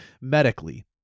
medically